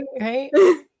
right